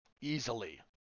easily